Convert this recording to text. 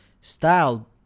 style